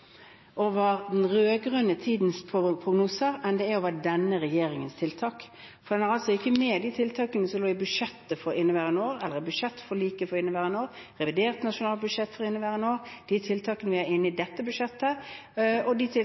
den rød-grønne tidens prognoser enn det er over denne regjeringens tiltak, for en har ikke med de tiltakene som lå i budsjettet for inneværende år, i budsjettforliket for inneværende år, i revidert nasjonalbudsjett for inneværende år, de tiltakene vi har i dette budsjettet, og